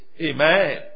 amen